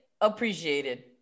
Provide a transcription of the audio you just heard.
appreciated